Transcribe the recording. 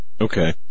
Okay